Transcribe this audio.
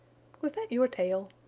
was that your tail?